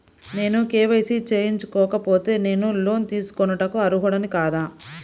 నేను కే.వై.సి చేయించుకోకపోతే నేను లోన్ తీసుకొనుటకు అర్హుడని కాదా?